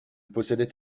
possédait